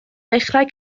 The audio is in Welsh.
ddechrau